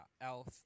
elf